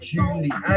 Julie